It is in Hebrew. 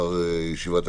הישיבה.